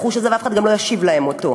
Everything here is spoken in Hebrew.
ואף אחד לא השיב להם את הרכוש הזה,